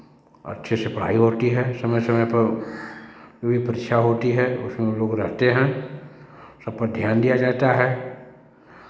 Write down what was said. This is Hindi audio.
और अच्छे से पढ़ाई होती है समय समय पर जो वी परीक्षा होती है उसमें वो लोग रहते हैं सब पर ध्यान दिया जाता है